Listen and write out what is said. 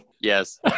Yes